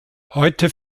heute